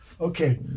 Okay